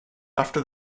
after